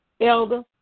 Elder